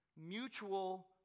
Mutual